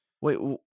wait